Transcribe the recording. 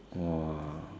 !wah!